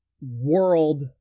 world